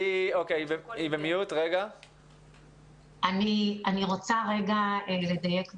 אני רוצה רגע לדייק ולומר,